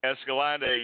Escalante